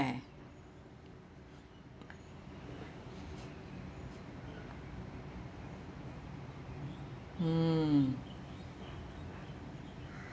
hmm